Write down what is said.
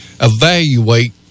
evaluate